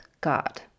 God